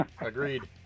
Agreed